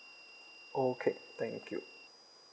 okay thank you